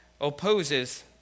opposes